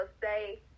say